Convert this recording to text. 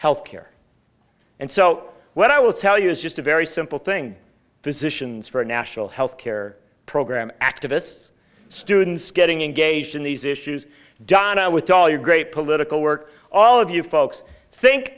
health care and so when i will tell you is just a very simple thing physicians for a national health care program activists students getting engaged in these issues donna with all your great political work all of you folks think